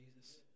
Jesus